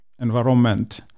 environment